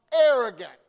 arrogant